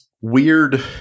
weird